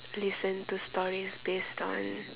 listen to stories based on